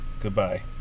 goodbye